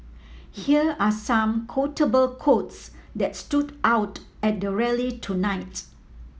here are some quotable quotes that stood out at the rally tonight